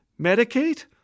medicate